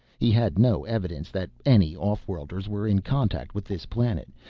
he had no evidence that any off-worlders were in contact with this planet,